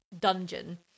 dungeon